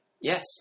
Yes